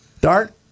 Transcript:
Dart